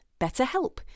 BetterHelp